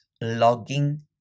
logging